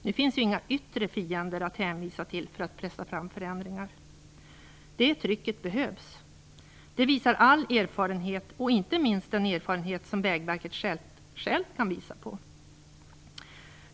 Nu finns ju inga yttre fiender att hänvisa till för att pressa fram förändringar. Det trycket behövs. Det visar all erfarenhet, inte minst den erfarenhet som Vägverket självt kan visa på.